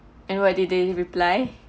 and why didn't you reply